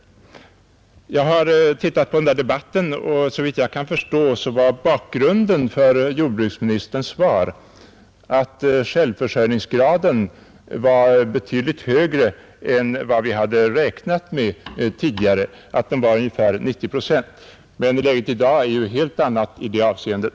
Jag har läst igenom protokollet från den debatten, och såvitt jag förstår var bakgrunden till jordbruksministerns svar att självförsörjningsgraden var betydligt högre än vad vi hade räknat med tidigare, nämligen mer än 90 procent enligt jordbruksministerns uppgift. Men läget i dag är ju ett helt annat i det avseendet.